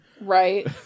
Right